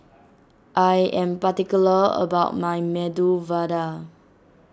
I am particular about my Medu Vada